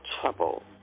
trouble